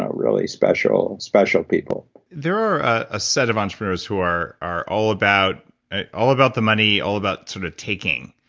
ah really special, special people there are a set of entrepreneurs who are are all about all about the money, all about sort of taking,